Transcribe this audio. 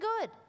good